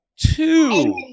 two